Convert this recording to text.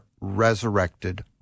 resurrected